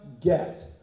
get